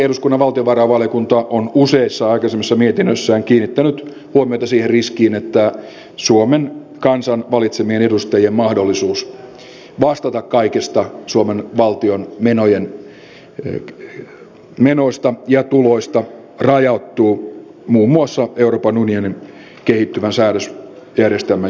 eduskunnan valtiovarainvaliokunta on useissa aikaisemmissa mietinnöissään kiinnittänyt huomiota siihen riskiin että suomen kansan valitsemien edustajien mahdollisuus vastata kaikista suomen valtion menoista ja tuloista rajoittuu muun muassa euroopan unionin kehittyvän säädösjärjestelmän johdosta